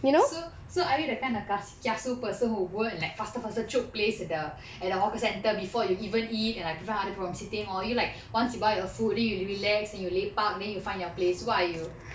so so are you that kind of kiasu person who will go and faster faster chope place at the at the hawker centre before you even eat and like prevent other people from sitting or are you like once you buy your food then you relax then you lepak then you find your place what are you